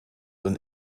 een